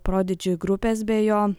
prodidži grupės be jo